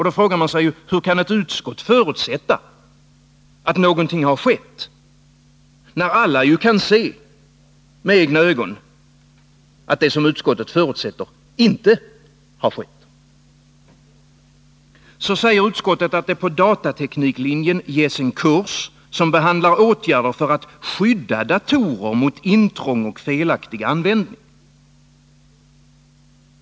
Då frågar man sig: Hur kan ett utskott förutsätta att något har skett, när alla med egna ögon kan se att det som utskottet förutsätter inte har skett? Sedan säger utskottet att det på datatekniklinjen ges en kurs, som behandlar åtgärder för att skydda datorer mot intrång och felaktig användning.